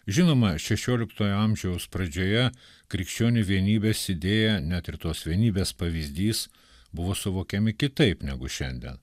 žinoma šešioliktojo amžiaus pradžioje krikščionių vienybės idėja net ir tos vienybės pavyzdys buvo suvokiami kitaip negu šiandien